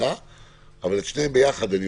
שני הדברים ביחד.